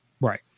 right